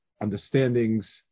understandings